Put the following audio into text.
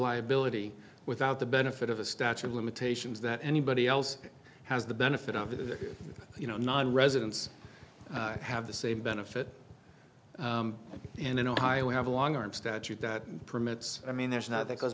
liability without the benefit of a statue of limitations that anybody else has the benefit of the you know nonresidents have the same benefit and in ohio we have a long arm statute that permits i mean there's now that goes